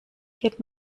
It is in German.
geht